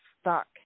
stuck